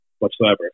whatsoever